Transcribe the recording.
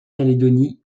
calédonie